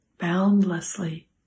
boundlessly